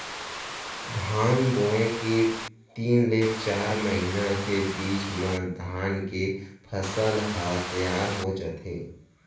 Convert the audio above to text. धान बोए के तीन ले चार महिना के बीच म धान के फसल ह तियार हो जाथे